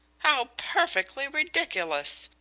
how perfectly ridiculous!